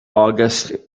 august